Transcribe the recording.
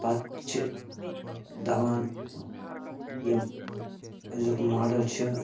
پتہٕ چھِ دَپان یِم أزیُک ماڈل چھِ